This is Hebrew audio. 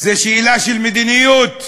זו שאלה של מדיניות.